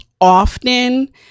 often